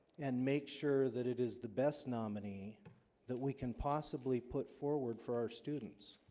and make sure that it is the best nominee that we can possibly put forward for our students